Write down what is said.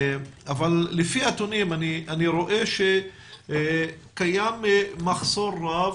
אבל לפי הנתונים אני רואה שקיים מחסור רב,